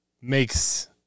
makes